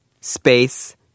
space